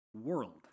world